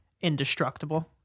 indestructible